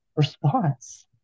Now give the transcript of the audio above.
response